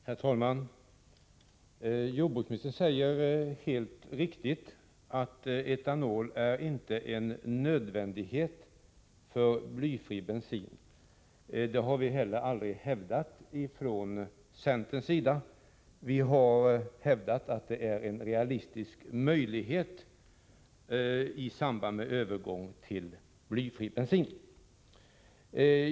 Herr talman! Jordbruksministern säger helt riktigt att etanol inte är en nödvändighet för blyfri bensin. Det har vi heller aldrig hävdat från centerns sida. Vi har hävdat att det är en realistisk möjlighet i samband med övergång till blyfri bensin.